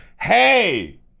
Hey